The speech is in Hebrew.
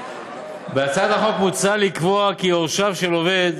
בהצעת החוק מוצע לקבוע כי יורשיו של עובד